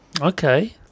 Okay